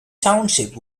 township